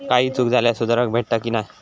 काही चूक झाल्यास सुधारक भेटता की नाय?